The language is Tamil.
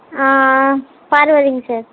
பார்வதிங்க சார்